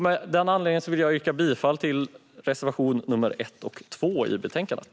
Med anledning av det vill jag yrka bifall till reservationerna 1 och 2 i betänkandet.